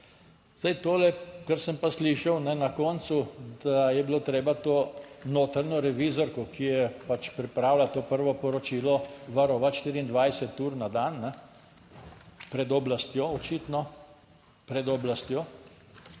Zdaj, tole kar sem pa slišal na koncu, da je bilo treba to notranjo revizorko, ki je pač pripravila to prvo poročilo, varovati 24-ur na dan pred oblastjo. Očitno pred oblastjo?